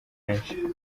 menshi